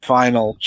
final